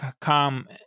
come